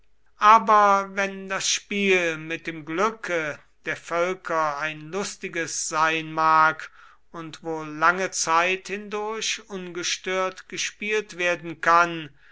aber wenn das spiel mit dem glücke der völker ein lustiges sein mag und wohl lange zeit hindurch ungestört gespielt werden kann